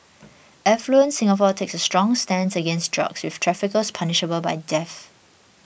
affluent Singapore takes a strong stance against drugs with traffickers punishable by death